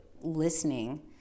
listening